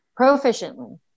proficiently